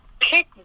pick